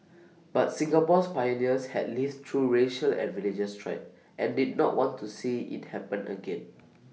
but Singapore's pioneers had lived through racial and religious strife and did not want to see IT happen again